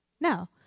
No